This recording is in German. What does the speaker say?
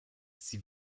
sie